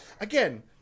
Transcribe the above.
again